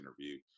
interview